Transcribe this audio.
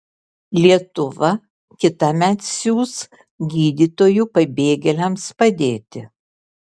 lietuva kitąmet siųs gydytojų pabėgėliams padėti